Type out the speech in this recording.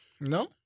no